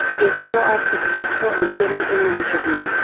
if you are successful in getting an interview,